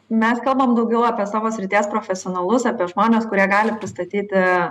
mes kalbam daugiau apie savo srities profesionalus apie žmones kurie gali pastatyti